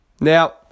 Now